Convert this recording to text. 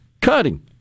cutting